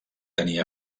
tenir